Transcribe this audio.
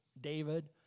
David